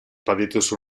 badituzu